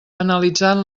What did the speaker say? analitzant